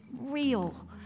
real